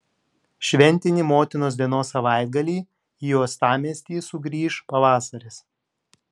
šventinį motinos dienos savaitgalį į uostamiestį sugrįš pavasaris